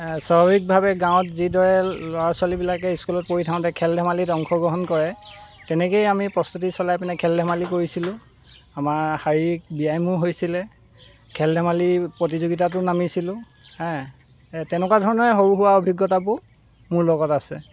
স্বাভাৱিকভাৱে গাঁৱত যিদৰে ল'ৰা ছোৱালীবিলাকে স্কুলত পঢ়ি থাকোঁতে খেল ধেমালিত অংশ গ্ৰহণ কৰে তেনেকৈয়ে আমি প্ৰস্তুতি চলাই পিনে খেল ধেমালি কৰিছিলোঁ আমাৰ শাৰীৰিক ব্যায়ামো হৈছিলে খেল ধেমালি প্ৰতিযোগিতাতো নামিছিলোঁ হেঁ এই তেনেকুৱা ধৰণৰে সৰু সুৱা অভিজ্ঞতাবোৰ মোৰ লগত আছে